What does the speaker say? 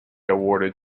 awarded